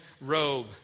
robe